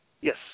Yes